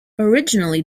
originally